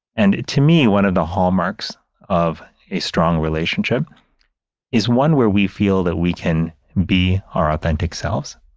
and to me, one of the hallmarks of a strong relationship is one where we feel that we can be our authentic selves,